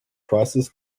prices